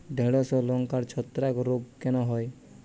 ঢ্যেড়স ও লঙ্কায় ছত্রাক রোগ কেন হয়?